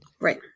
right